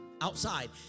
outside